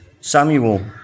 Samuel